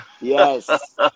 Yes